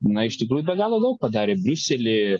na iš tikrųjų be galo daug padarė briusely